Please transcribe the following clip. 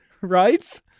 Right